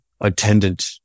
attendant